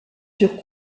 furent